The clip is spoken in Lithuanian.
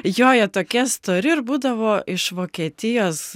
jo jie tokie stori ir būdavo iš vokietijos